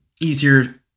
easier